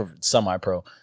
Semi-pro